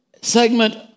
segment